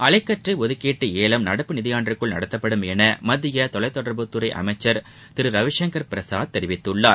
அலைக்கற்றை ஒதுக்கீட்டு ஏலம் நடப்பு நிதி ஆண்டிற்குள் நடத்தப்படும் என மத்திய தொலைத்தொடர்புத் துறை அமைச்சர் திரு ரவிசங்கர் பிரசாத் தெரிவித்துள்ளார்